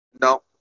No